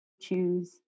choose